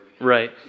Right